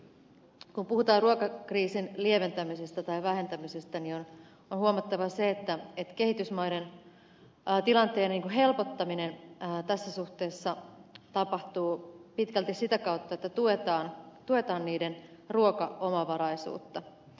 kun puhutaan ruokakriisin lieventämisestä tai vähentämisestä on huomattava se että kehitysmaiden tilanteen helpottaminen tässä suhteessa tapahtuu pitkälti sitä kautta että tuetaan niiden ruokaomavaraisuutta